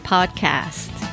Podcast